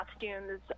costumes